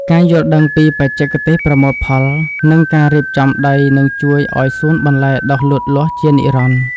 ការយល់ដឹងពីបច្ចេកទេសប្រមូលផល និងការរៀបចំដីនឹងជួយឱ្យសួនបន្លែដុះលូតលាស់ជានិរន្តរ៍។